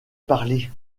parlé